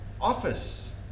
office